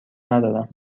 ندارم